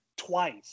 Twice